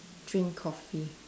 drink Coffee